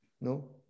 no